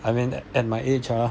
I mean at my age ah